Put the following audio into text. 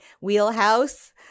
wheelhouse